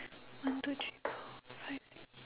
one two three five six